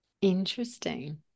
interesting